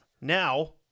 Now